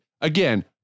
Again